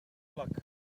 luck